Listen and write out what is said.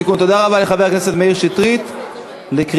תודה לחבר הכנסת מאיר שטרית על התיקון.